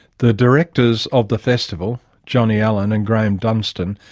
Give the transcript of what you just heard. the directors of the festival, johnny allen and grahame dunstan,